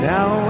Now